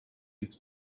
its